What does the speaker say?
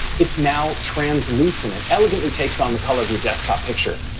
it's now translucent and elegantly takes on the color of your desktop picture.